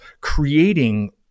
creating